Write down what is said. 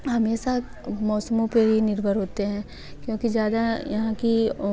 हमेशा मौसमों के लिए निर्भर होते हैं क्योंकि ज़्यादा यहाँ की